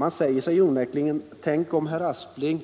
Man säger sig onekligen: Tänk om herr Aspling